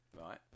Right